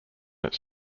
its